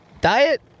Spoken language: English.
Diet